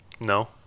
No